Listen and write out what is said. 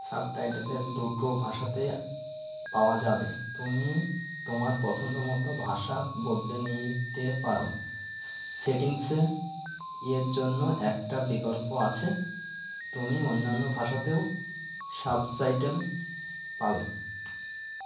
সাবটাইটেলের দুটো ভাষাতেই পাওয়া যাবে তুমি তোমার পছন্দমতো ভাষা বদলে নিতে পারো সেটিংসে এর জন্য একটা বিকল্প আছে তুমি অন্যান্য ভাষাতেও সাবটাইটেল পাবে